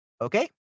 Okay